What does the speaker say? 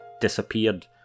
disappeared